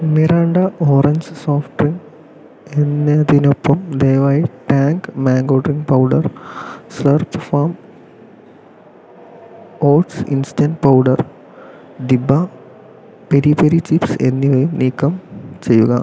Miranda orange soft എന്നതിനൊപ്പം ദയവായി Tang mango drink powder Slurrp Farm oats instant powder ഡിബ peri peri chips എന്നിവയും നീക്കം ചെയ്യുക